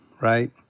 right